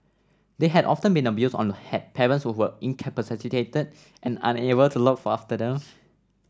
they had often been abused or had parents who were incapacitated and unable to look after them